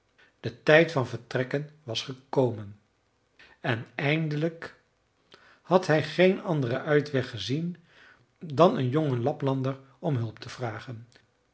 de tijd van vertrekken was gekomen en eindelijk had hij geen anderen uitweg gezien dan een jongen laplander om hulp te vragen